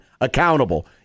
accountable